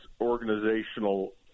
organizational